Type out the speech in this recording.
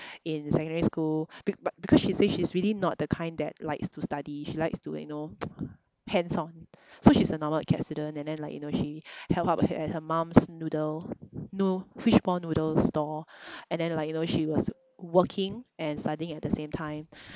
in secondary school be~ but because she say she's really not the kind that likes to study she likes to you know hands-on so she's a normal acad student and then like you know she help out at her mum's noodle noo~ fishball noodle store and then like you know she was working and studying at the same time